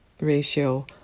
ratio